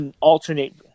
Alternate